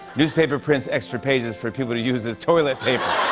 newspaper prints extra pages for people to use as toilet paper.